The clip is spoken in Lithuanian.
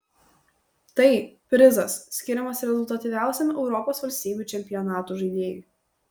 tai prizas skiriamas rezultatyviausiam europos valstybių čempionatų žaidėjui